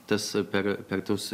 tas per per tuos